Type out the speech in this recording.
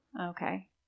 Okay